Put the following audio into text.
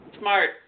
Smart